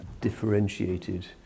differentiated